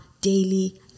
daily